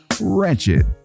wretched